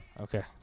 Okay